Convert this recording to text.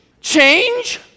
Change